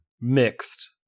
Mixed